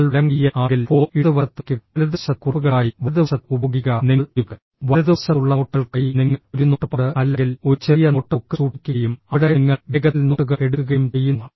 നിങ്ങൾ വലംകൈയ്യൻ ആണെങ്കിൽ ഫോൺ ഇടതുവശത്ത് വയ്ക്കുക വലതുവശത്ത് കുറിപ്പുകൾക്കായി വലതുവശത്ത് ഉപയോഗിക്കുക നിങ്ങൾ ഒരു വലതുവശത്തുള്ള നോട്ടുകൾക്കായി നിങ്ങൾ ഒരു നോട്ട്പാഡ് അല്ലെങ്കിൽ ഒരു ചെറിയ നോട്ട് ബുക്ക് സൂക്ഷിക്കുകയും അവിടെ നിങ്ങൾ വേഗത്തിൽ നോട്ടുകൾ എടുക്കുകയും ചെയ്യുന്നു